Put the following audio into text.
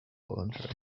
voluntary